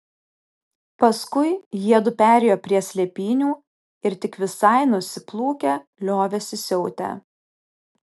paskui jiedu perėjo prie slėpynių ir tik visai nusiplūkę liovėsi siautę